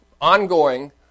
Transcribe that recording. ongoing